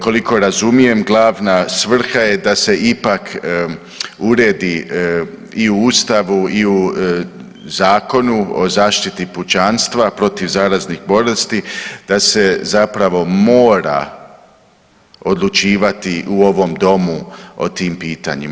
Koliko razumijem, glavna svrha je da se ipak uredi i u Ustavu i u Zakonu o zaštiti pučanstva protiv zaraznih bolesti da se zapravo mora odlučivati u ovom domu o tim pitanjima.